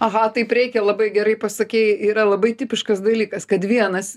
aha taip reikia labai gerai pasakei yra labai tipiškas dalykas kad vienas